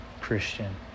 Christian